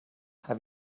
have